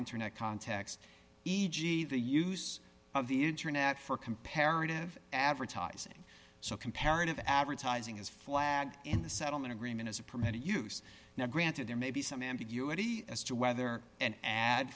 internet context e g the use of the internet for comparative advertising so comparative advertising is flag in the settlement agreement as a permitted use now granted there may be some ambiguity as to whether an ad